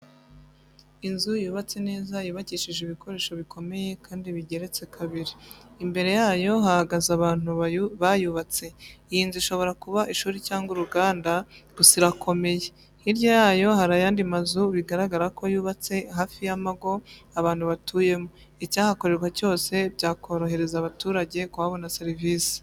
Inzu yubatse neza yubakishije ibikoresho bikomeye, kandi bigeretse kabiri, imbere yayo hahagaze abantu bayubatse, iyi nzu ishobora kuba ishuri cyangwa uruganda. Gusa irakomeye, hirya yayo hari ayandi mazu, bigaragara ko yubatse hafi y'amago abantu batuyemo. Icyahakorerwa cyose, byakorohereza abaturage kuhabona serivise.